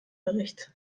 bericht